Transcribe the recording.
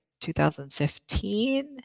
2015